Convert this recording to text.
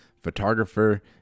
photographer